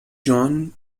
john